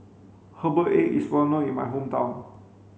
herbal egg is well known in my hometown